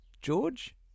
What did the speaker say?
George